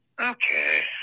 Okay